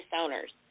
owners